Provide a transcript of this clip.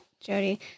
Jody